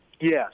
Yes